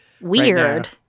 Weird